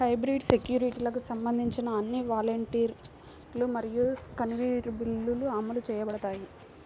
hybrid సెక్యూరిటీలకు సంబంధించిన అన్ని వారెంట్లు మరియు కన్వర్టిబుల్లు అమలు చేయబడతాయి